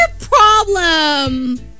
problem